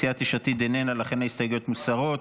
סיעת יש עתיד איננה, ולכן ההסתייגויות מוסרות.